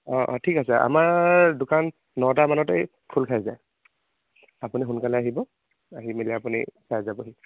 অঁ অঁ ঠিক আছে আমাৰ দোকান নটা মানতেই খোল খাই যায় আপুনি সোনকালে আহিব আহি মেলি আপুনি চাই যাবহি